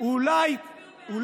אז לפי הנאום הזה תצביעו בעד.